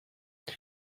they